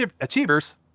achievers